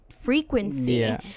frequency